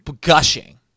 gushing